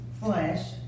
Flesh